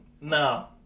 no